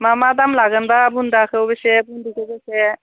मा मा दाम लागोनबा बुन्दाखौ बेसे बुन्दिखौ बेसे